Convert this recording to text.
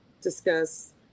discuss